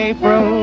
April